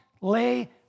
lay